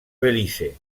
belize